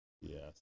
Yes